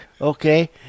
Okay